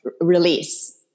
release